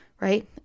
right